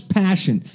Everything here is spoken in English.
passion